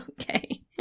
Okay